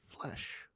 flesh